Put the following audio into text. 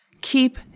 Keep